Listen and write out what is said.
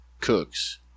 Cooks